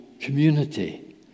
community